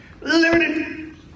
Limited